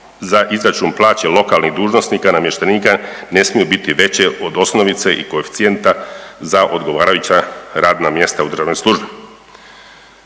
za izračun plaće lokalnih dužnosnika, namještenika ne smiju biti veće od osnovice i koeficijenta za odgovarajuća radna mjesta u državnoj službi.